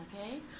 Okay